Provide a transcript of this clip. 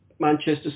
Manchester